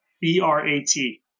B-R-A-T